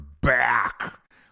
back